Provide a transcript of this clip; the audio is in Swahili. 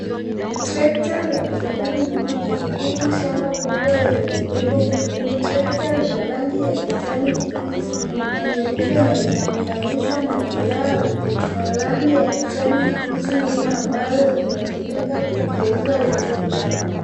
Tractor la kilimo likilima shamba kubwa lenye udongo mwekundu. Tractor lina rangi ya kijani kibichi na nyeupe na linaunganishwa na plau ya rangi ya kijani kibichi nyuma ambalo linatumika kugeuza udongo.